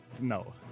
no